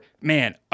man